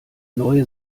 neue